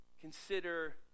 Consider